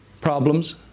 Problems